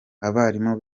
abarimu